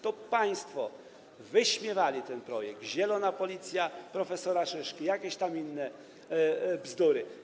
To państwo wyśmiewali ten projekt - zielona policja prof. Szyszko, jakieś tam inne bzdury.